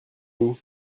nous